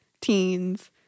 teens